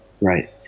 right